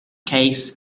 cakes